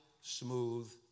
smooth